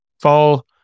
fall